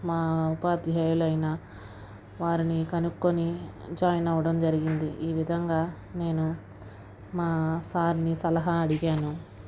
మా ఉపాధ్యాయులైన వారిని కనుక్కొని జాయిన్ అవ్వడం జరిగింది ఈ విధంగా నేను మా సార్ని సలహా అడిగాను